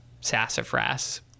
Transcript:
sassafras